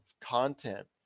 content